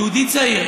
יהודי צעיר,